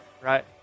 right